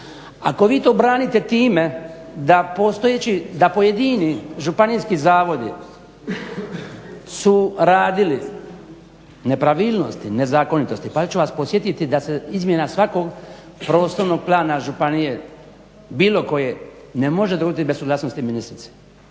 Ako vi to branite time da postojeći, da pojedini županijski zavodi su radili nepravilnosti, nezakonitosti, pa ću vas podsjetiti da se izmjena svakog prostornog plana županije bilo koje ne može dogoditi bez suglasnosti ministrice,